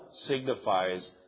signifies